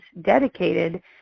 dedicated